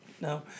No